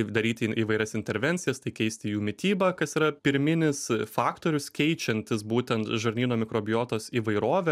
daryti įvairias intervencijas tai keisti jų mitybą kas yra pirminis faktorius keičiantis būtent žarnyno mikrobiotos įvairovę